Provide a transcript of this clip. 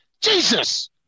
Jesus